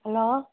hello